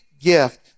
gift